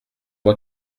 moi